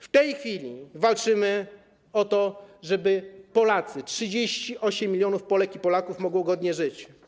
W tej chwili walczymy o to, żeby Polacy, 38 mln Polek i Polaków, mogli godnie żyć.